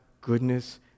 goodness